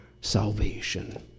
salvation